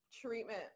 treatment